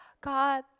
God